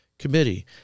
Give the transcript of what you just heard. committee